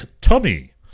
Tommy